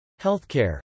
Healthcare